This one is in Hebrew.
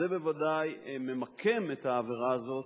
זה ממקם את העבירה הזאת